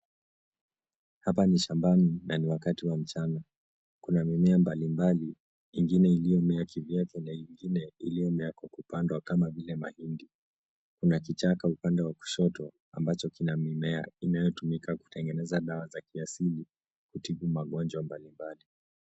Hapa ni shamabani na ni wakati wa mchana. Kuna mimea mbalimbali ingine iliyomea kivyake na ingine iliyomea kwa kupandwa kama vile mahindi. Kuna kichaka upande wa kushoto ambacho kina mimea inayotumika kutengeneza dawa za kiasili kutibu magonjwa mbalimbali.